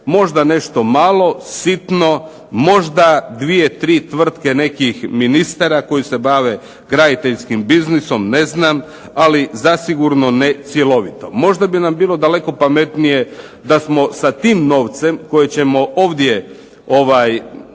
Možda nešto malo, sitno, možda 2,3 tvrtke nekih ministara koji se bave graditeljskim biznisom, ne znam, ali zasigurno ne cjelovito. Možda bi nam bilo daleko pametnije da smo sa tim novcem koji ćemo ovdje